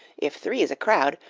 if three's a crowd,